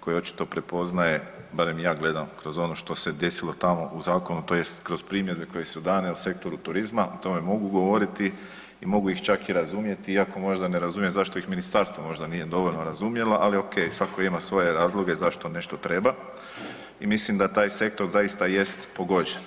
koje očito prepoznaje, barem ja gledam kroz ono što se desilo tamo u zakonu tj. kroz primjedbe koje su dane u sektoru turizma o tome mogu govoriti i mogu ih čak i razumjeti iako možda ne razumijem zašto ih ministarstvo možda nije dovoljno razumjelo, ali ok, svako ima svoje razloge zašto nešto treba i mislim da taj sektor zaista jest pogođen.